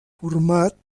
format